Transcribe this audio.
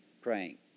praying